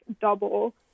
double